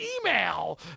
email